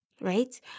right